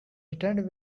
returned